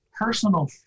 personal